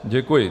Děkuji.